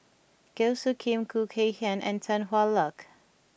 Goh Soo Khim Khoo Kay Hian and Tan Hwa Luck